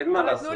אין מה לעשות.